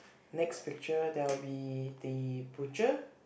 next picture there will be the butcher